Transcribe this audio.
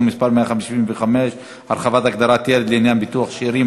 מס' 155) (הרחבת הגדרת ילד לעניין ביטוח שאירים),